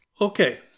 Okay